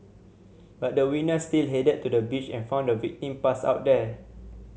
but the witness still headed to the beach and found the victim passed out there